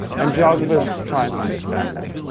and geographers try and understand that.